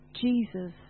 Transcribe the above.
Jesus